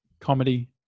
comedy